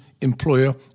employer